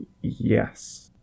Yes